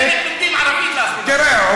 הוא מדבר עברית,) תראה.